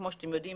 כמו שאתם יודעים,